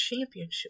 championship